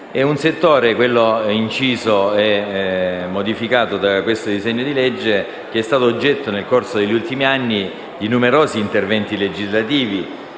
di legge. Il settore modificato da questo disegno di legge è stato oggetto, nel corso degli ultimi anni, di numerosi interventi legislativi